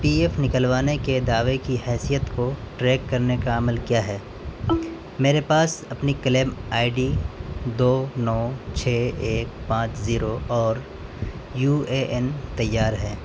پی F نکلوانے کے دعوے کی حیثیت کو ٹریک کرنے کا عمل کیا ہے میرے پاس اپنی کلیم آئی ڈی دو نو چھ ایک پانچ زیرو اور یو اے این تیار ہے